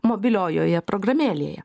mobiliojoje programėlėje